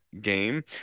game